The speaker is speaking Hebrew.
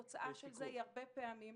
לסיכום.